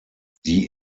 die